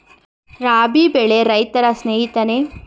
ರಾಬಿ ಬೆಳೆ ರೈತರ ಸ್ನೇಹಿತನೇ?